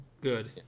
Good